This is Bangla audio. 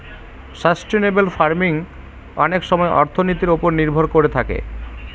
সাস্টেইনেবেল ফার্মিং অনেক সময় অর্থনীতির ওপর নির্ভর করে থাকে